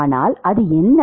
ஆனால் அது என்ன